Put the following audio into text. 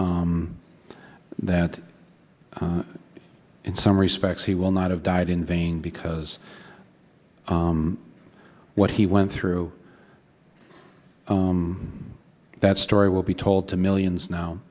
that in some respects he will not have died in vain because what he went through that story will be told to millions now